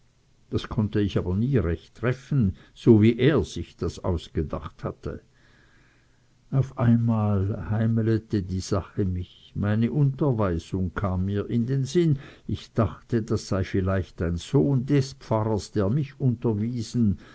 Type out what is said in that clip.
das konnte ich aber nie recht treffen so wie er sich das ausgedacht hatte auf einmal heimelete die sache mich meine unterweisung kam mir in sinn ich dachte das sei vielleicht ein sohn des pfarrers der mich unterwiesen